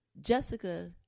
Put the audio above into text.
jessica